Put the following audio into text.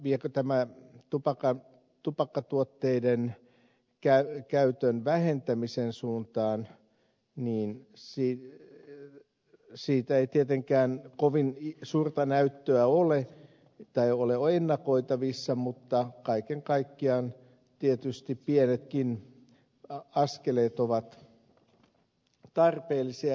viekö tämä tupakkatuotteiden käytön vähentämisen suuntaan siitä ei tietenkään kovin suurta näyttöä ole ennakoitavissa mutta kaiken kaikkiaan tietysti pienetkin askeleet ovat tarpeellisia